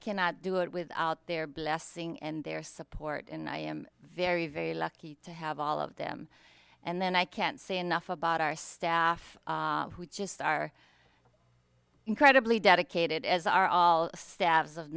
cannot do it without their blessing and their support and i am very very lucky to have all of them and then i can't say enough about our staff who just are incredibly dedicated as are all steps of